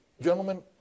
gentlemen